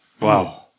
Wow